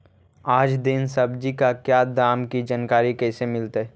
आज दीन सब्जी का क्या दाम की जानकारी कैसे मीलतय?